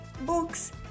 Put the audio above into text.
books